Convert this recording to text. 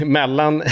mellan